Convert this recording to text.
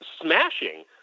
smashing